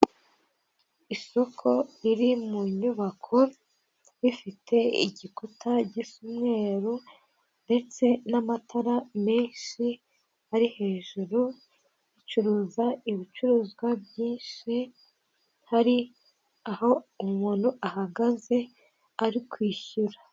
Isoko riri mu nyubako; rifite igikuta gisa umweru ndetse n'amatara menshi ari hejuru, ricuruza ibicuruzwa byinshi, hari aho umuntu ahagaze ari kwishyura.